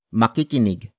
makikinig